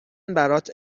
برات